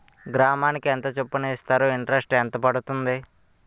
గ్రాముకి ఎంత చప్పున ఇస్తారు? ఇంటరెస్ట్ ఎంత పడుతుంది?